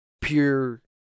pure